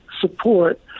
support